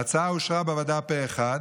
ההצעה אושרה בוועדה פה אחד.